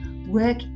work